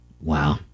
Wow